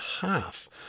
half